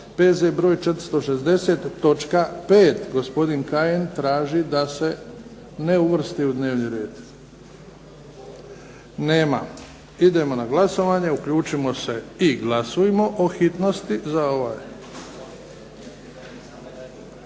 točka 5? Gospodin Kajin traži da se ne uvrsti u dnevni red. Nema. Idemo na glasovanje. Uključimo se i glasujmo o hitnosti za ovaj.